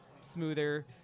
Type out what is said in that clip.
smoother